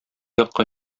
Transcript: якка